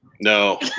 No